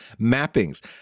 mappings